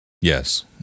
yes